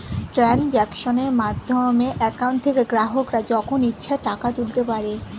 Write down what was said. ট্রানজাক্শনের মাধ্যমে অ্যাকাউন্ট থেকে গ্রাহকরা যখন ইচ্ছে টাকা তুলতে পারে